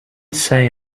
say